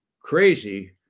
Crazy